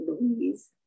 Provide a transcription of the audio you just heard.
Louise